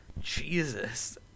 Jesus